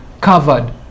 covered